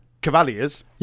cavaliers